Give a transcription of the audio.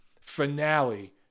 finale